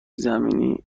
زمینی